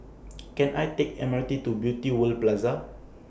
Can I Take M R T to Beauty World Plaza